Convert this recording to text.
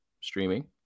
streaming